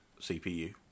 CPU